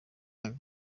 young